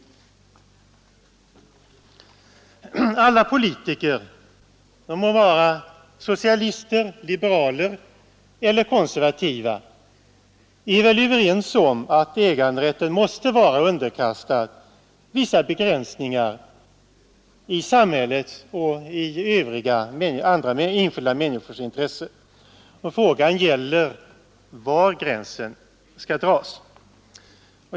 Alla politiker — de må vara socialister, liberaler eller konservativa — är väl överens om att äganderätten måste vara underkastad vissa begränsningar i samhällets och i enskilda människors intresse, och frågan gäller var gränsen skall dras.